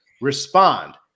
respond